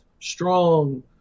strong